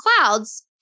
clouds